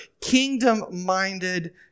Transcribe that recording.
kingdom-minded